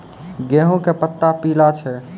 गेहूँ के पत्ता पीला छै?